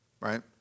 right